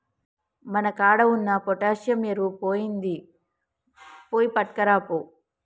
మన కాడ ఉన్న పొటాషియం ఎరువు ఐపొయినింది, పోయి పట్కరాపో